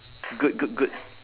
good good good